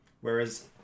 Whereas